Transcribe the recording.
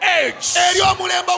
edge